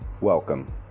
welcome